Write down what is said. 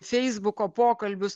feisbuko pokalbius